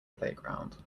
playground